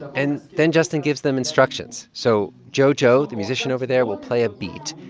and then justin gives them instructions. so jojo, the musician over there, will play a beat.